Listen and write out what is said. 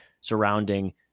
surrounding